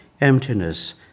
emptiness